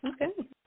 Okay